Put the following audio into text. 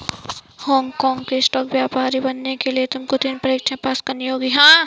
Hong काँग में stock व्यापारी बनने के लिए तुमको तीन परीक्षाएं पास करनी होंगी